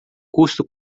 custo